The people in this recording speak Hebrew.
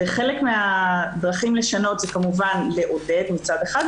חלק מהדרכים לשנות זה כמובן לעודד מצד אחד,